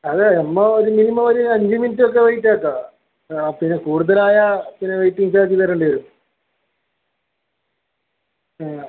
അതെ അപ്പോൾ ഒരു മിനിമം ഒരു അഞ്ച് മിനിറ്റ് ഒക്കെ വെയിറ്റ് ആക്കാം ആ പിന്നെ കൂടുതൽ ആയാൽ പിന്നെ വെയിറ്റിംഗ് ചാർജ് തരേണ്ടി വരും ആ